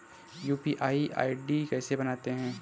UPI ID कैसे बनाते हैं?